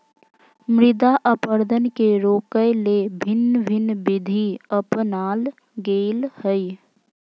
मृदा अपरदन के रोकय ले भिन्न भिन्न विधि अपनाल गेल हइ